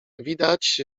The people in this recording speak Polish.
widać